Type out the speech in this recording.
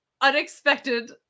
Unexpected